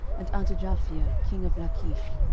and unto japhia king of lachish,